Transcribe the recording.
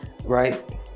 right